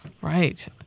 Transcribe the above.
Right